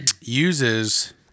uses